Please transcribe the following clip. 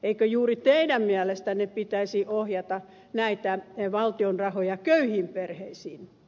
eikö juuri teidän mielestänne pitäisi ohjata näitä valtion rahoja köyhiin perheisiin